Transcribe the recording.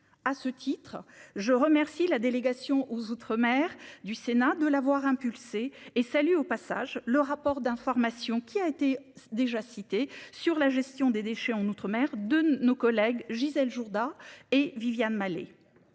À ce titre je remercie la délégation aux outre-mer du Sénat de l'avoir impulsé et salue au passage le rapport d'information qui a été déjà cité sur la gestion des déchets en outre-mer de nos collègues Gisèle Jourda et Viviane Malet.